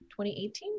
2018